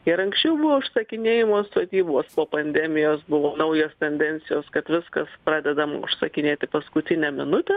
ir anksčiau buvo užsakinėjamos sodybos po pandemijos buvo naujos tendencijos kad viska pradedama užsakinėti paskutinę minutę